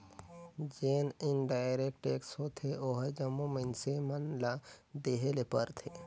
जेन indirect tax होथे ओहर जम्मो मइनसे मन ल देहे ले परथे